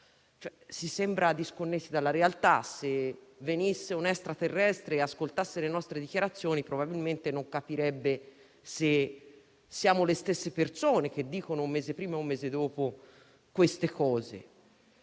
siamo disconnessi dalla realtà; se venisse un extraterrestre e ascoltasse le nostre dichiarazioni probabilmente non capirebbe se siano le stesse persone a fare, un mese prima e un mese dopo, quelle